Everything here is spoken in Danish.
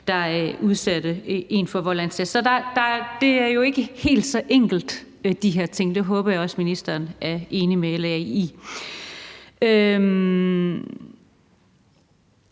der udsatte barnet for vold og incest. Så det er jo ikke helt så enkelt med de her ting. Det håber jeg også at ministeren er enig med LA i.